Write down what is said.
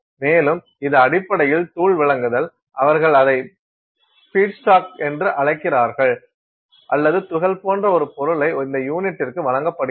மேலும் இது அடிப்படையில் தூள் வழங்குதல் அவர்கள் அதை ஃபீட்ஸ்டாக் என்று அழைக்கிறார்கள் அல்லது துகள் போன்ற ஒரு பொருளை இந்த யூனிட்டுக்கு வழங்கப்படுகிறது